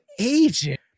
agent